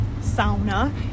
sauna